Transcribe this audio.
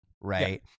Right